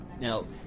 Now